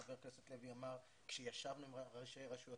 חבר הכנסת לוי אמר שכשהם ישבו עם ראשי רשויות